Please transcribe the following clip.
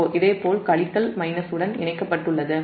இதேபோல் கழித்தல் மைனஸுடன் இணைக்கப்பட்டுள்ளது